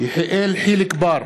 יחיאל חיליק בר,